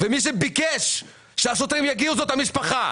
ומי שביקש שהשוטרים יגיעו זה המשפחה.